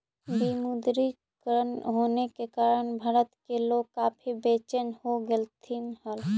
विमुद्रीकरण होने के कारण भारत के लोग काफी बेचेन हो गेलथिन हल